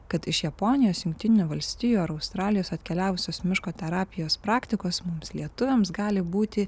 kad iš japonijos jungtinių valstijų ar australijos atkeliavusios miško terapijos praktikos mums lietuviams gali būti